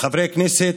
לחברי הכנסת,